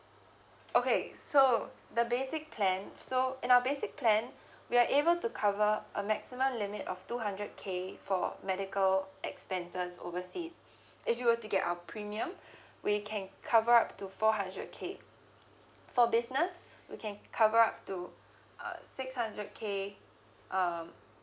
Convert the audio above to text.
okay so the basic plan so in our basic plan we are able to cover a maximum limit of two hundred K for medical expenses overseas if you were to get our premium we can cover up to four hundred K for business we can cover up to uh six hundred K um